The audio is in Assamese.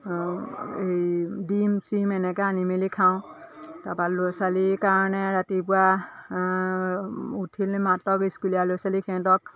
এই ডিম চিম এনেকৈ আনি মেলি খাওঁ তাৰপৰা ল'ৰা ছোৱালীৰ কাৰণে ৰাতিপুৱা উঠিলে মাত্ৰক স্কুলীয়া ল'ৰা ছোৱালী সিহঁতক